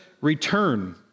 return